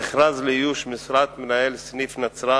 המכרז לאיוש משרת מנהל סניף נצרת